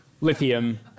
Lithium